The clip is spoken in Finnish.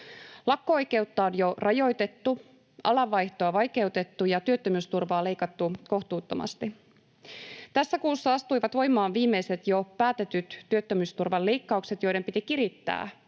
Lakko-oikeutta on jo rajoitettu, alanvaihtoa vaikeutettu ja työttömyysturvaa leikattu kohtuuttomasti. Tässä kuussa astuivat voimaan viimeiset jo päätetyt työttömyysturvan leikkaukset, joiden piti kirittää